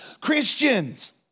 Christians